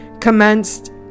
commenced